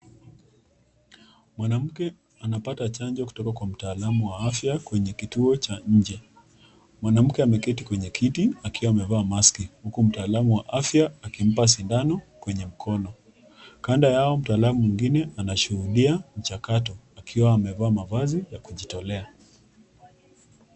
Mwanamke anapata chanjo kutoka kwa mtaalamu wa afya, kwenye kituo cha nje mwanamke ameketi nje kwenye kiti akiwa amevaa maski uku mtaalamu wa afya akimpa sindano kwenye mkono, kando yao kuna mtaalamu mwingine anashuhudia mjakato akiwa amevaa mavazi ya kujitolea.